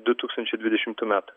du tūkstančiai dvidešimtų metų